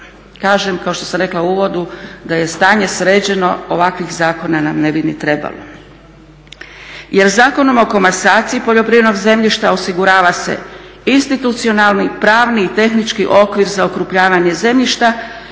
kažem kao što sam rekla u uvodu da je stanje sređeno ovakvih zakona nam ne bi ni trebalo. Jer Zakonom o komasaciji poljoprivrednog zemljišta osigurava se institucionalni, pravni i tehnički okvir za okrupnjavanje zemljišta